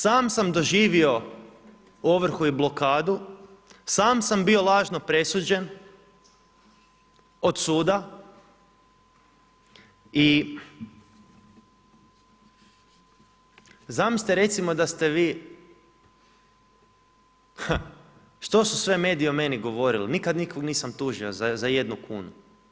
Sam sam doživio ovrhu i blokadu, sam sam bio lažno presuđen od suda i zamislite recimo, da ste vi, što su sve mediji o meni govorili, nikada nikog nisam tužio za jednu kunu.